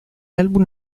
álbum